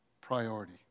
priority